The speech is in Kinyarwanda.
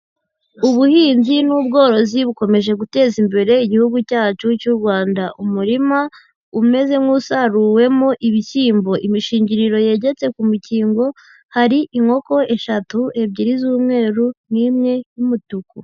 Ubuhinzi n'ubworozi bukomeje guteza imbere igihugu cyacu cy'u Rwanda, umurima umeze nk'usaruwemo ibishyimbo, imishingiriro yegetse ku mukingo, hari inkoko eshatu, ebyiri z'umweru n'imwe y'umutuku.